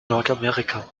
nordamerika